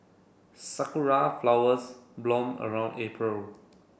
sakura flowers bloom around April